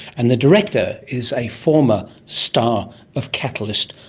and the director is a former star of catalyst,